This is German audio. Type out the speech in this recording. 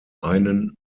einen